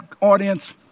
audience